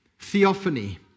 theophany